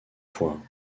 fois